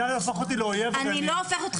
תן גם להם את זכות הדיבור ותכבד אותם.